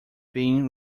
being